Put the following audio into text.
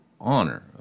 honor